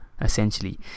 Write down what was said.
essentially